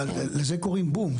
לזה קוראים בום,